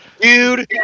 Dude